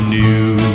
new